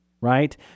right